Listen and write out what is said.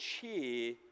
cheer